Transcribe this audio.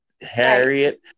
Harriet